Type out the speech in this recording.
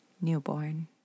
newborn